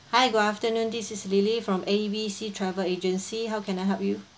hi good afternoon this is lily from a b c travel agency how can I help you